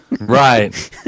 Right